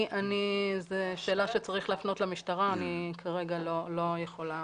זו שאלה שצריך להפנות למשטרה, אני כרגע לא יכולה